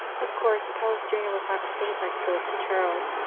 of course, palestrina was not a saint like philip and charles,